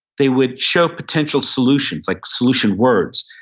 they would show potential solutions like solution words,